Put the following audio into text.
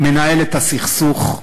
מנהל את הסכסוך,